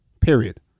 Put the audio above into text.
Period